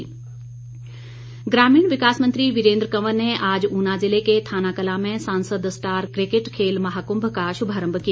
खेल महाकुंभ ग्रामीण विकास मंत्री वीरेंद्र कवर ने आज ऊना जिले के थाना कंला में सांसद स्टार क्रिकेट खेल महाकुंभ का शुभारम्भ किया